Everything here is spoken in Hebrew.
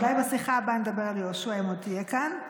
אולי בשיחה הבאה נדבר על יהושע, אם עוד תהיה כאן,